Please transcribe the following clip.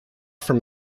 from